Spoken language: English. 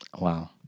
Wow